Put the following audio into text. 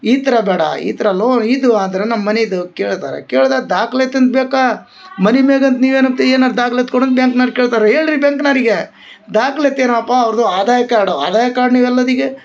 ಈ ಥರ ಬ್ಯಾಡ ಈ ಥರ ಲೋ ಇದು ಆದ್ರ ನಮ್ಮ ಮನಿದು ಕೇಳ್ತಾರ ಕೇಳ್ದಾಗ ದಾಖ್ಲೆ ತರ್ಬೇಕಾ ಮನೆ ಮ್ಯಾಗ ಏನಂತ ಏನೋ ದಾಖ್ಲಾತಿ ಕೊಡಿ ಅಂತ ಬ್ಯಾಂಕ್ನವ್ರ ಕೇಳ್ತಾರೆ ಹೇಳ್ರಿ ಬ್ಯಾಂಕ್ನರಿಗೇ ದಾಖ್ಲಾತಿ ಏನೊಪ್ಪ ಅವ್ರ್ದು ಆದಾಯ ಕಾರ್ಡು ಆದಾಯ ಕಾರ್ಡ್ ನೀವು ಎಲ್ಲಿ ಅದಿಗೆ